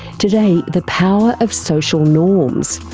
today, the power of social norms,